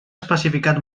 especificat